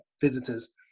visitors